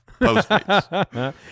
Postmates